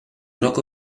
groc